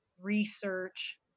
research